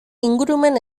ingurumen